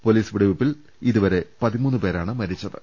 police വെടിവെപ്പിൽ ഇതുവരെ പതിമൂന്ന് പേരാണ് മരിച്ചത്